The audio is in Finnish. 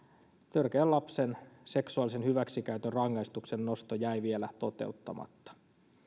törkeän lapsen seksuaalisen hyväksikäytön rangaistuksen nosto jäi vielä toteuttamatta